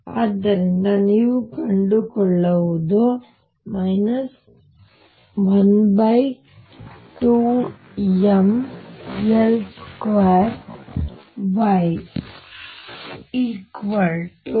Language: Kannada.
ಮತ್ತು ಆದ್ದರಿಂದ ನೀವು ಕಂಡುಕೊಳ್ಳುವುದು 12mL2YλY